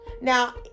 Now